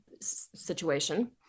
situation